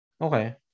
Okay